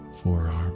forearm